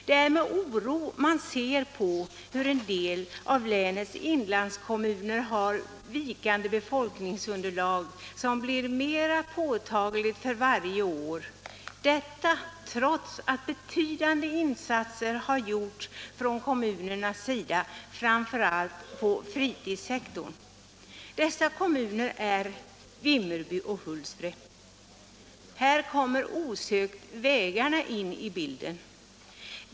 Det är med oro man ser på att en del av länets inlandskommuner har vikande befolkningsunderlag, vilket blir mera påtagligt för varje år — detta trots att betydande insatser gjorts från kommunernas sida framför allt på fritidssektorn. Dessa kommuner är Vimmerby och Hultsfred. Här kommer osökt vägarna in i bilden.